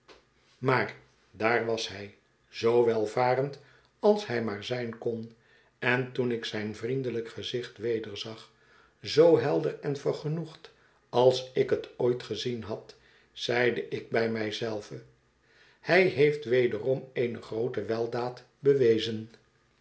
maar daar was hij zoo welvarend als hij maar zijn kon en toen ik zijn vriendelijk gezicht wederzag zoo helder en vergenoegd als ik het ooit gezien had zeide ik bij mij zelve hij heeft wederom eene groote weldaad bewezen